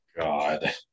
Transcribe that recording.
God